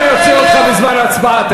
אני לא אוציא אותך בזמן ההצבעה.